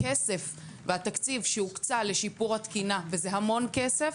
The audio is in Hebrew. הכסף והתקציב שהוקצה לשיפור התקינה וזה המון כסף,